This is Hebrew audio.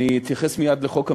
אני אתייחס מייד לחוק המשילות,